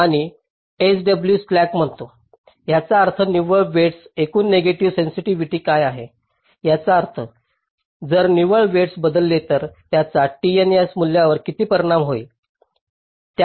आणि sw slack म्हणतो याचा अर्थ निव्वळ वेईटस एकूण नेगेटिव्ह सेन्सिटिव्हिटी काय आहे याचा अर्थ जर निव्वळ वेईटस बदलले तर त्याचा TNS मूल्यावर किती परिणाम होईल